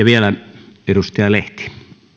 vielä edustaja lehti arvoisa